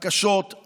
הקשות,